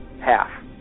Half